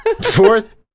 fourth